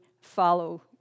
follow